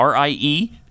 Rie